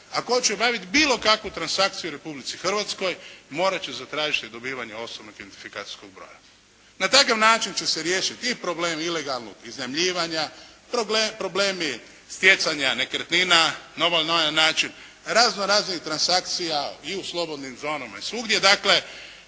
ako hoće obaviti bilo kakvu transakciju u Republici Hrvatskoj morat će zatražiti dobivanje osobnog identifikacijskog broja. Na takav način će se riješiti i problem ilegalnog iznajmljivanja, problemi stjecanja nekretnina na ovaj način, razno raznih transakcija i u slobodnim zonama i svugdje.